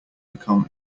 become